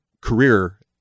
career